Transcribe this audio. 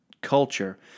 culture